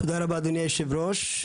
תודה רבה, אדוני יושב הראש.